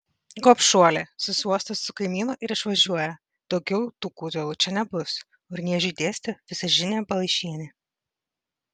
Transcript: gobšuolė susiuosto su kaimynu ir išvažiuoja daugiau tų kūtvėlų čia nebus urniežiui dėstė visažinė balaišienė